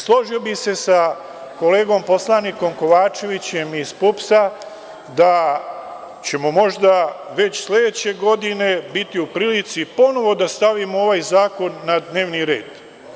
Složio bih se sa kolegom poslanikom Kovačevićem iz PUPS da ćemo možda već sledeće godine biti u prilici ponovo da stavimo ovaj zakon na dnevni red.